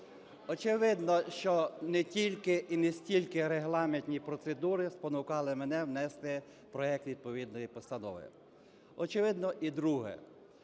очевидно, що не тільки і не стільки регламентні процедури спонукали мене внести проект відповідної постанови. Очевидно і друге: